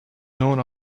known